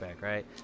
right